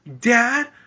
Dad